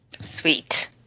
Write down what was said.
Sweet